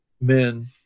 men